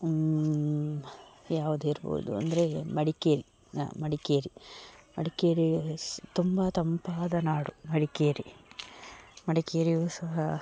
ಯಾವ್ದು ಇರ್ಬೋದು ಅಂದರೆ ಮಡಿಕೇರಿ ಮಡಿಕೇರಿ ಮಡಿಕೇರೀ ಸ್ ತುಂಬ ತಂಪಾದ ನಾಡು ಮಡಿಕೇರಿ ಮಡಿಕೇರಿಯೂ ಸಹ